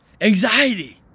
Anxiety